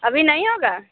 अभी नहीं होगा